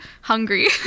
hungry